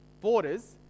borders